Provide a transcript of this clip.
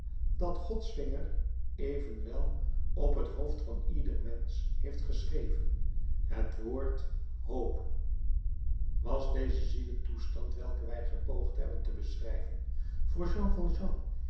dat gods vinger evenwel op t hoofd van ieder mensch heeft geschreven het woord hoop was deze zieletoestand welke wij gepoogd hebben te beschrijven voor jean valjean